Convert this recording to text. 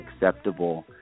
acceptable